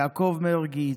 יעקב מרגי,